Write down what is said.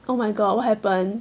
oh my god what happen